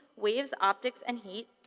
waves, optics, and heat,